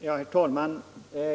Herr talman!